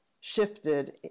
shifted